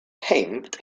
pimped